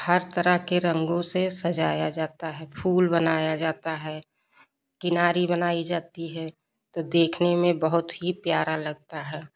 हर तरह के रंगों से सजाया जाता है फूल बनाया जाता है किनारी बनाई जाती है तो देखने में बहुत ही प्यारा लगता है